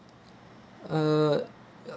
uh ya